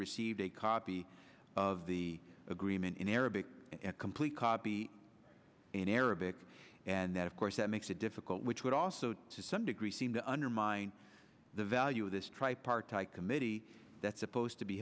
received a copy of the agreement in arabic and a complete copy in arabic and that of course that makes it difficult which would also to some degree seem to undermine the value of this tripartite committee that's supposed